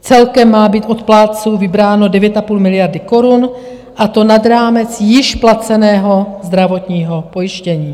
Celkem má být od plátců vybráno 9,5 miliardy korun, a to nad rámec již placeného zdravotního pojištění.